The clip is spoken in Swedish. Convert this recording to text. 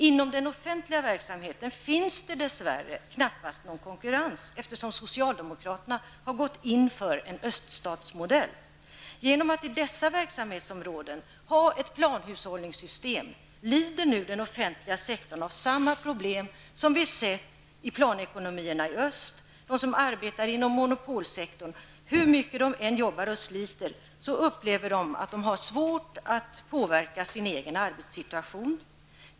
Inom den offentliga verksamheten finns det dess värre knappast någon konkurrens, eftersom socialdemokraterna har gått in för en öststatsmodell. Genom att vi på dessa verksamhetsområden har ett planhushållningssystem lider nu den offentliga sektorn av samma problem som vi har sett att man har i planekonomierna i öst och som de har som arbetar inom monopolsektorn. Hur mycket man än jobbar och sliter upplever man ändå att man har svårt att påverka sin egen arbetssituation.